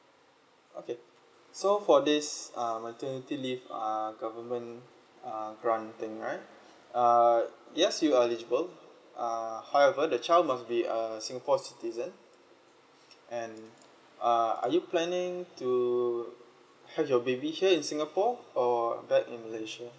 okay so for this uh maternity leave uh government uh granting right err yes you are eligible uh however the child must be a singapore's citizen and uh are you planning to have your baby here in singapore or back in malaysia